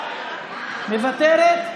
מוותרת?